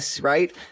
Right